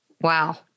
wow